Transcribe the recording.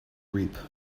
reap